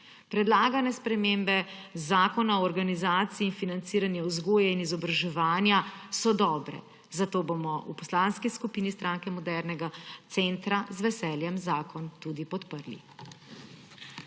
Predlagane spremembe Zakona o organizaciji in financiranju vzgoje in izobraževanja so dobre, zato bomo v Poslanski skupini Stranke modernega centra z veseljem zakon tudi podprli.